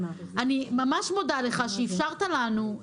אני ממש מודה לך שאפשרת לנו,